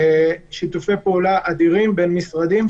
לשיתופי פעולה אדירים בין משרדים,